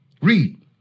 Read